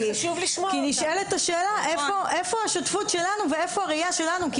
כי נשאלת השאלה איפה השותפות שלנו ואיפה הראייה שלנו?